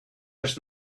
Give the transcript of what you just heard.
just